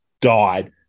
died